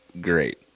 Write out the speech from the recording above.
great